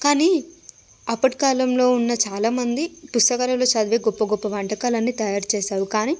కానీ అప్పటి కాలంలో ఉన్న చాలా మంది పుస్తకాలలో చదివే గొప్ప గొప్ప వంటకాలన్నీ తయారు చేసారు కానీ